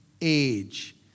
age